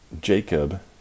Jacob